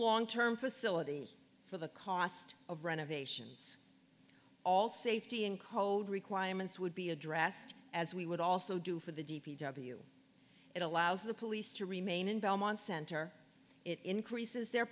long term facility for the cost of renovations all safety and code requirements would be addressed as we would also do for the d p w it allows the police to remain in belmont center it increases their